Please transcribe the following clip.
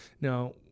Now